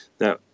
Now